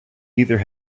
either